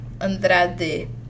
Andrade